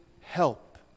help